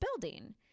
building